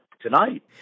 Tonight